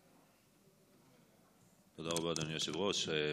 תודה רבה, אדוני היושב-ראש.